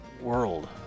world